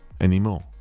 anymore